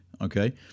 Okay